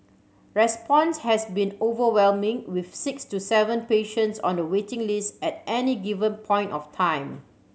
response has been overwhelming with six to seven patients on the waiting list at any given point of time